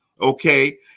okay